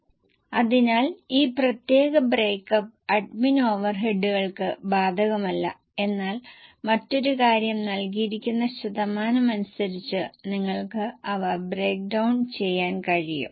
വിൽപ്പനയിൽ പ്രതീക്ഷിക്കുന്ന വളർച്ചാ നിരക്ക് 10 നും 15 നും ഇടയിൽ ആണ് അശുഭാപ്തിവിശ്വാസവും ശുഭാപ്തിവിശ്വാസവും ഉള്ള കണക്കുകൂട്ടലുകൾ നടത്താൻ അവർ ഞങ്ങളോട് ആവശ്യപ്പെട്ടു